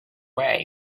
way